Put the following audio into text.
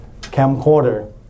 camcorder